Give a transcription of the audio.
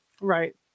Right